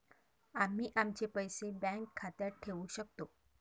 आम्ही आमचे पैसे बँक खात्यात ठेवू शकतो